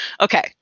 Okay